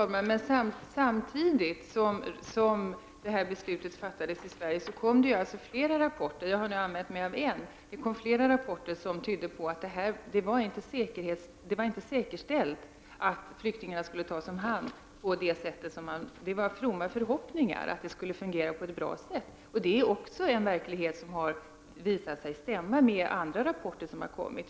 Herr talman! Samtidigt som detta beslut fattades i Sverige kom det flera rapporter. Jag har nu använt mig av en av dem. Dessa rapporter antydde att det inte var säkerställt att flyktingarna skulle tas om hand. Det rörde sig om fromma förhoppningar om att det skulle fungera på ett bra sätt. Det är också en verklighet som visat sig stämma med andra rapporter som har kommit.